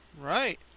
right